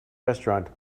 restaurant